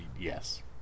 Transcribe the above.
Yes